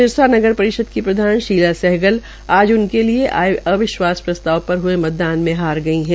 सिरसा नगर परिषद की प्रधान शीला सहगल आज उनके लिए आये अविश्वास प्रस्ताव पर हुए मतदान में हार गई है